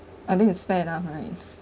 I think it's fair enough right